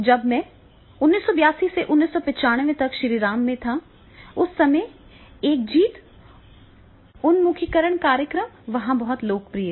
जब मैं 1992 से 1995 तक श्रीराम में था उस समय एक जीत उन्मुखीकरण कार्यक्रम वहां बहुत लोकप्रिय था